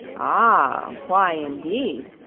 ah, why indeed?